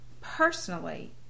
personally